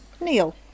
Neil